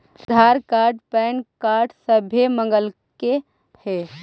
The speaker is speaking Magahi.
आधार कार्ड पैन कार्ड सभे मगलके हे?